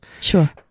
Sure